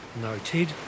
Noted